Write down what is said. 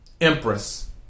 Empress